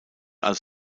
als